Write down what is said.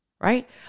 right